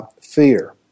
fear